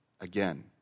again